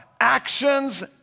actions